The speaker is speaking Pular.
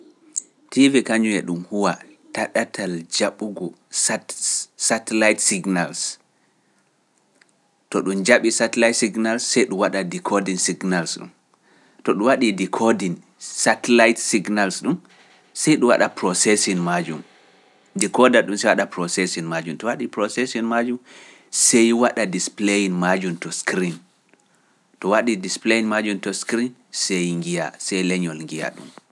Tv kanjum e ɗun huwa ta ɗatal jaɓugo satellite signals. To ɗum jaɓi satellite signals, sey ɗum waɗa decoding signals ɗum. To ɗum waɗi decoding satellite signals ɗum, sey ɗum waɗa procession majum. Decoda ɗum sey waɗa procession majum, to waɗi procession majum, sey waɗa display majum to screen. To waɗi display majum to screen, sey ngiya, sey leñol ngiya ɗum.